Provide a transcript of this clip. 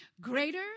greater